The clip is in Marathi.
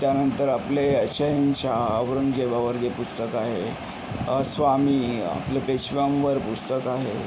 त्यानंतर आपले शहेनशाह औरंगजेबावर जे पुस्तक आहे स्वामी आपलं पेशव्यांवर पुस्तक आहे